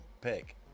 pick